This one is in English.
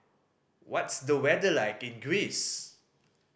what's the weather like in Greece